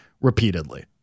repeatedly